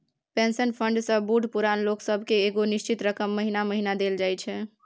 pension fund सँ बूढ़ पुरान लोक सब केँ एगो निश्चित रकम महीने महीना देल जाइ छै